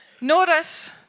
Notice